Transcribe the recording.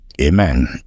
amen